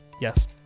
Yes